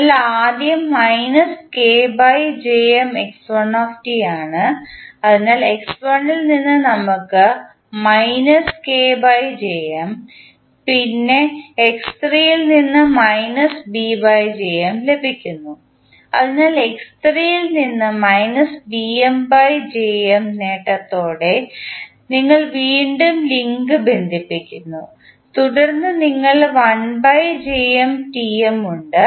അതിനാൽ ആദ്യം ആണ് അതിനാൽ x1 ൽ നിന്ന് നമുക്ക് പിന്നെ x3 ൽ നിന്ന് ലഭിക്കുന്നു അതിനാൽ x3 ൽ നിന്ന് നേട്ടത്തോടെ ഞങ്ങൾ വീണ്ടും ലിങ്ക് ബന്ധിപ്പിക്കുന്നു തുടർന്ന് നിങ്ങൾക്ക് ഉണ്ട്